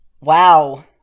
wow